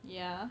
ya